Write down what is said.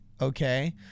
okay